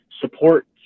support